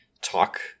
talk